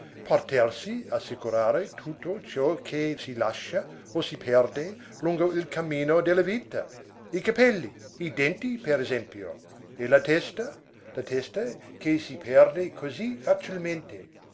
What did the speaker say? in piedi potersi assicurare tutto ciò che si lascia o si perde lungo il cammino della vita i capelli i denti per esempio e la testa la testa che si perde così facilmente